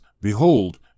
behold